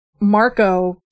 Marco